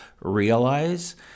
realize